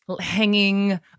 hanging